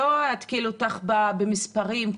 לא אתקיל אותך במספרים,